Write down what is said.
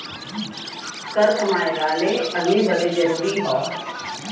कर कमाए वाले अदमी बदे जरुरी हौ